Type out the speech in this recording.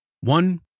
One